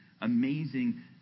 amazing